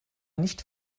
nicht